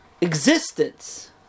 existence